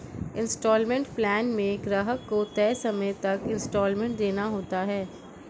instalment plan में ग्राहक को तय समय तक इन्सटॉलमेंट देना होता है